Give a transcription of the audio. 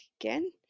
again